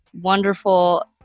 wonderful